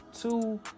two